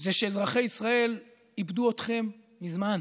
זה שאזרחי ישראל איבדו אתכם מזמן.